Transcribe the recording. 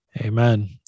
Amen